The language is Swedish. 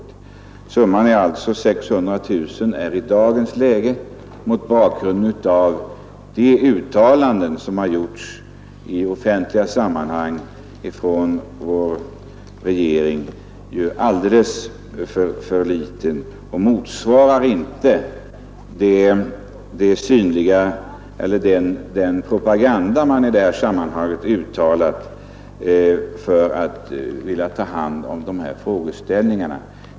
Det aktuella anslaget på 600 000 kronor är i dagens läge, mot bakgrunden av de uttalanden som har gjorts i offentliga sammanhang från vår regering, alldeles för litet och motsvarar inte de löften man givit att ta sig an dessa frågor.